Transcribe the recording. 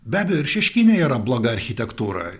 be abejo ir šeškinė yra bloga architektūra